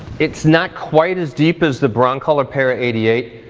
it's not quite as deep as the broncolor para eighty eight,